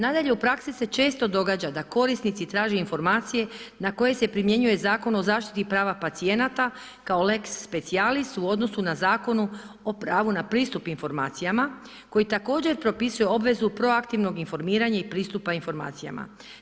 Nadalje, u praksi se često događa da korisnici traže informacije na koje se primjenjuje Zakon o zaštiti prava pacijenata kao lex specialis u odnosu na Zakonu o pravu na pristup informacijama koji također propisuje obvezu proaktivnog informiranja i pristupa informacijama.